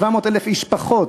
700,000 איש פחות.